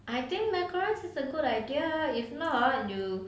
I think macarons it's a good idea if not you